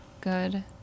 good